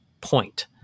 point